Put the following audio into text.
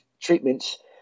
treatments